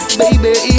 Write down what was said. baby